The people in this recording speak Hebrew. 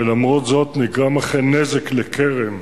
ולמרות זאת נגרם אכן נזק לכרם,